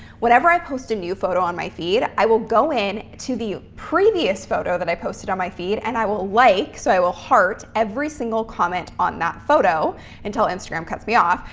whenever, i post a new photo on my feed, i will go in to the previous photo that i posted on my feed and i will like, so i will heart every single comment on that photo until instagram cuts me off,